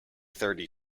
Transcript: thirty